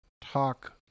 Talk